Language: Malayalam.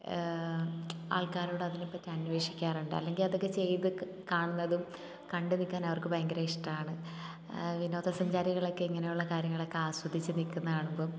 ആൾക്കാരോട് അതിനെപ്പറ്റി അന്വേഷിക്കാറുണ്ട് അല്ലെങ്കിൽ അതൊക്കെ ചെയ്തു കാണുന്നതും കണ്ടു നിൽക്കാൻ അവർക്ക് ഭയങ്കര ഇഷ്ടമാണ് വിനോദസഞ്ചാരികളൊക്കെ ഇങ്ങനെയുള്ള കാര്യങ്ങളൊക്കെ ആസ്വദിച്ചു നിൽക്കുന്നത് കാണുമ്പം